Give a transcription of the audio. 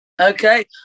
Okay